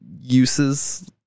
uses